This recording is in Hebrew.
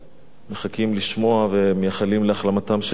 מחכים לשמוע ומייחלים להחלמתם של הפצועים.